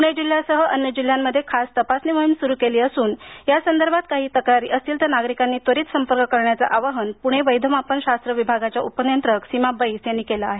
पुणे जिल्ह्यासह अन्य जिल्ह्यांमध्ये खास तपासणी मोहीम सुरू केली असून यासंदर्भात काही तक्रारी असतील तर नागरिकांनी त्वरित संपर्क करण्याचे आवाहन पुणे वैधमापनशास्त्र विभागाचे उपनियंत्रक सीमा बैस यांनी केले आहे